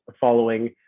following